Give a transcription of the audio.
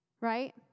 Right